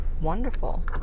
wonderful